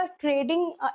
trading